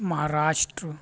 Maharashtra